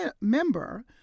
member